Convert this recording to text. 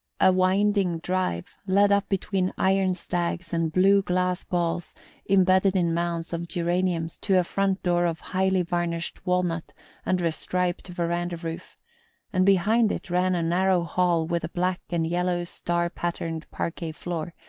a winding drive led up between iron stags and blue glass balls embedded in mounds of geraniums to a front door of highly-varnished walnut under a striped verandah-roof and behind it ran a narrow hall with a black and yellow star-patterned parquet floor,